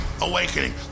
Awakening